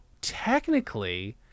technically